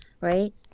Right